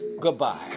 Goodbye